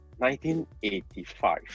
1985